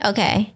Okay